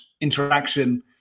interaction